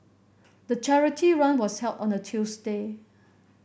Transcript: the charity run was held on a Tuesday